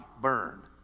burn